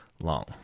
long